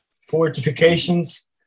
fortifications